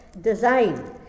design